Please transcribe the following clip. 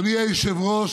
אדוני היושב-ראש,